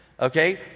Okay